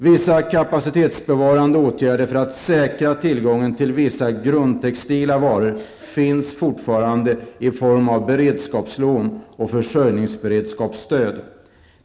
Vissa kapacitetsbevarande åtgärder för att säkra tillgången till vissa grundtextila varor finns fortfarande i form av beredskapslån och försörjningsberedskapsstöd.